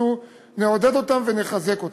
אנחנו נעודד אותם ונחזק אותם.